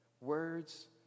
words